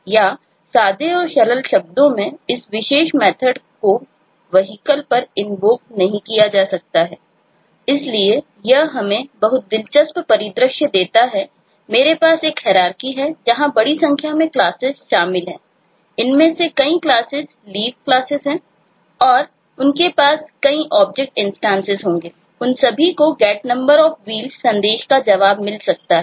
या सादे और सरल शब्दों में इस विशेष मेथर्ड संदेश का जवाब मिल सकता है